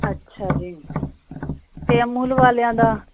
ਅੱਛਾ ਜੀ ਤੇ ਅਮੁੱਲ ਵਾਲਿਆਂ ਦਾ